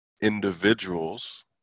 individuals